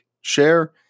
share